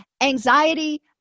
Anxiety